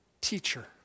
teacher